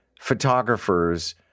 photographers